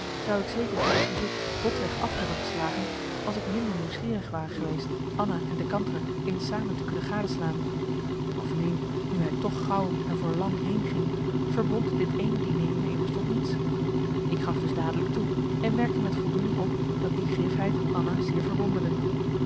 zou ik zeker het verzoek botweg af hebben geslagen als ik minder nieuwsgierig ware geweest anna en de kantere eens samen te kunnen gadeslaan bovendien nu hij toch gauw en voor lang heen ging verbond dit ééne dîner me immers tot niets ik gaf dus dadelijk toe en merkte met voldoening op dat die grifheid anna zeer verwonderde